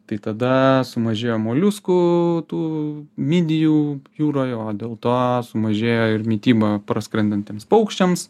tai tada sumažėjo moliuskų tų midijų jūroj o dėl to sumažėjo ir mityba praskrendantiems paukščiams